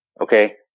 Okay